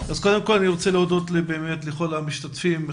אני רוצה להודות לכל המשתתפים,